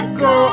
go